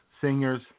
singers